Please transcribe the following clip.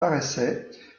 paraissait